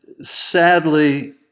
sadly